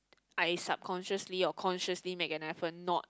I subconsciously or consciously make an effort not